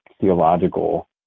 theological